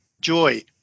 joy